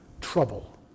trouble